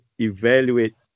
evaluate